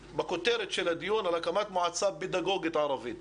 בכותרת הדיון אנחנו מדברים על הקמת מועצה פדגוגית ערבית.